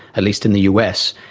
at least in the us,